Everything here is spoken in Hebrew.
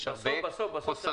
יש הרבה חוסרים.